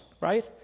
right